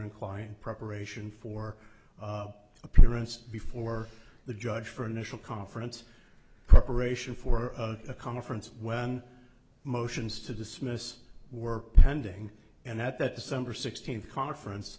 and client preparation for appearance before the judge for an initial conference corporation for a conference when motions to dismiss were pending and at that december sixteenth conference